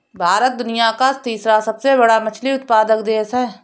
भारत दुनिया का तीसरा सबसे बड़ा मछली उत्पादक देश है